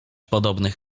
podobnych